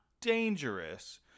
dangerous